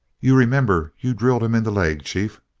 you remember you drilled him in the leg, chief?